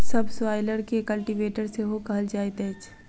सब स्वाइलर के कल्टीवेटर सेहो कहल जाइत अछि